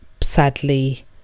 Sadly